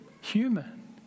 human